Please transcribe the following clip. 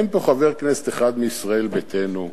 אין פה חבר כנסת אחד מישראל ביתנו יש,